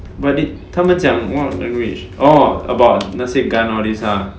but they 他们讲 what language oh about 那些 gun all these ah